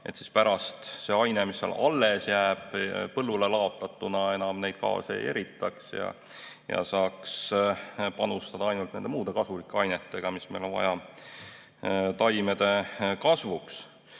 ja pärast see aine, mis alles jääb, põllule laotatuna enam neid gaase ei eritaks ja saaks panustada ainult nende muude kasulike ainetega, mida meil on vaja taimede kasvuks. Kas